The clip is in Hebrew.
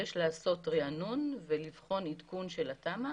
יש לעשות ריענון ולבחון עדכון של התמ"א.